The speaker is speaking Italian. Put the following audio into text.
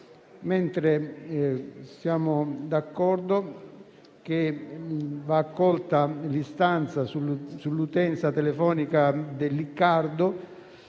2015. Siamo d'accordo che vada accolta l'istanza sull'utenza telefonica del Liccardo